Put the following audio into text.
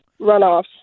runoffs